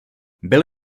byl